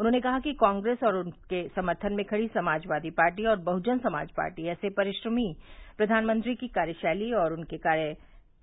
उन्होंने कहा कि कांग्रेस और उसके समर्थन में खड़ी समाजवादी पार्टी और बहुजन समाज पार्टी ऐसे परिश्रमी प्रधानमंत्री की कार्यशैली और उनके